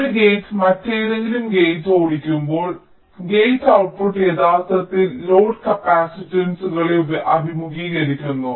ഒരു ഗേറ്റ് മറ്റേതെങ്കിലും ഗേറ്റ് ഓടിക്കുമ്പോൾ ഗേറ്റ് ഔട്ട്പുട്ട് യഥാർത്ഥത്തിൽ ലോഡ് കപ്പാസിറ്റൻസുകളെ അഭിമുഖീകരിക്കുന്നു